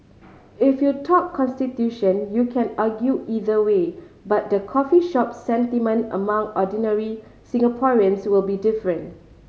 if you talk constitution you can argue either way but the coffee shop sentiment among ordinary Singaporeans will be different